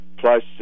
plus